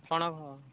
କ'ଣ